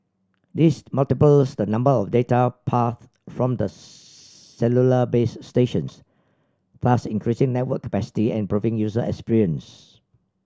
this multiplies the number of data paths from the cellular base stations thus increasing network capacity and proving user experience